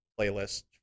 playlist